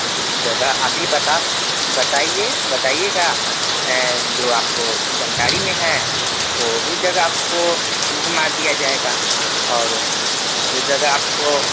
कुछ जगह अभी बता बताइए बताइएगा जो आपको जानकारी में है वो भी जगह आपको घूमा दिया जाएगा और जो जगह आपको